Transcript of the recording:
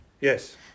Yes